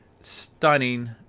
stunning